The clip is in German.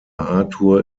arthur